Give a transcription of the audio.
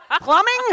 Plumbing